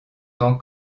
tant